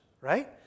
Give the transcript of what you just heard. right